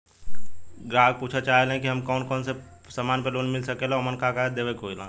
ग्राहक पुछत चाहे ले की हमे कौन कोन से समान पे लोन मील सकेला ओमन का का देवे के होला?